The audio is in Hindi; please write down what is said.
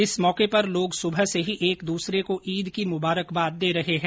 इस मौके पर लोग सुबह से ही एक दूसरे को ईद की मुबारकबाद दे रहे है